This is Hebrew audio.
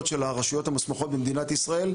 של הרשויות המוסמכות במדינת ישראל,